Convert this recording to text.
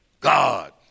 God